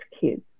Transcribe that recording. kids